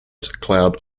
cloud